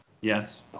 Yes